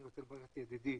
אני רוצה לברך את ידידי